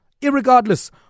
irregardless